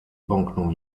bąknął